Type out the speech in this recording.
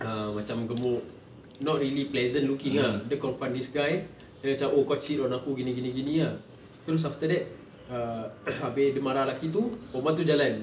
ah macam gemuk not really pleasant looking ah dia confront this guy dia macam oh kau cheat dengan aku gini gini gini ah terus after that ah abeh dia marah laki tu perempuan tu jalan